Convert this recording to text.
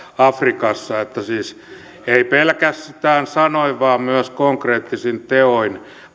afrikassa siis en pelkästään sanoin vaan myös konkreettisin teoin